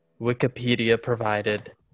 Wikipedia-provided